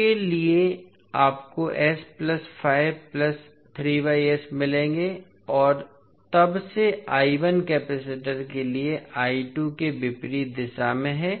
के लिए आपको मिलेंगे और तब से कपैसिटर के लिए के विपरीत दिशा में है